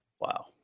Wow